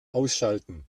ausschalten